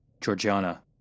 Georgiana